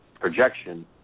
projection